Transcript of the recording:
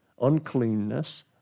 uncleanness